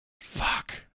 Fuck